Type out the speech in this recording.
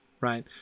right